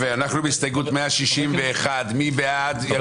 נעבור להצבעה על הסתייגות 161. מי בעד ההסתייגות,